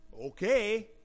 Okay